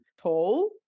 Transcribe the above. tall